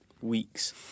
weeks